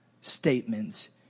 statements